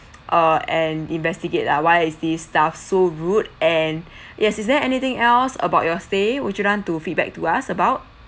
uh and investigate ah why is this staff so rude and yes is there anything else about your stay would you want to feedback to us about